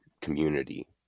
community